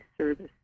service